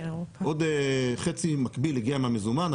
עוד חצי מקביל הגיע מהמזומן,